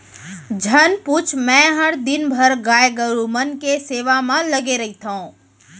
झन पूछ मैंहर दिन भर गाय गरू मन के सेवा म लगे रइथँव